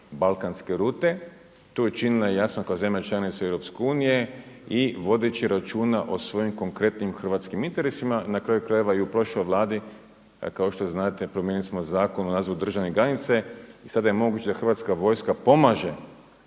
balkanske rute. To je učinila jasno kao zemlja članica EU i vodeći računa o svojim konkretnim hrvatskim interesima, na kraju krajeva i u prošloj Vladi kao što znate promijenili smo Zakon o nadzoru državne granice i sada je moguće da Hrvatska vojska pomaže